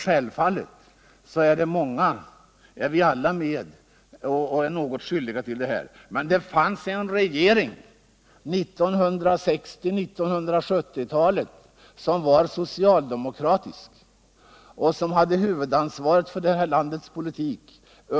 Självfallet är vi alla i viss mån skyldiga till detta. Men det fanns en socialdemokratisk regering på 1960 49 talet och fram till 1976 som hade huvudansvaret för vårt lands politik.